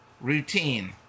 Routine